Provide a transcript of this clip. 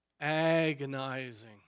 agonizing